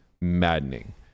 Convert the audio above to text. maddening